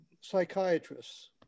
psychiatrists